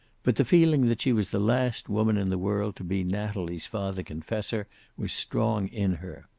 but the feeling that she was the last woman in the world to be natalie's father-confessor was strong in her.